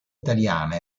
italiana